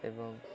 ଏବଂ